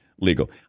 legal